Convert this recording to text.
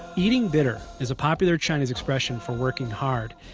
eating bitter is a popular chinese expression for working hard.